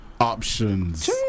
Options